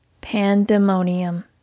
Pandemonium